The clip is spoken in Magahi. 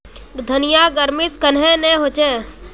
धनिया गर्मित कन्हे ने होचे?